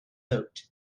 note